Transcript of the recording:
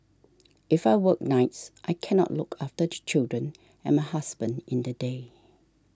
if I work nights I cannot look after the children and my husband in the day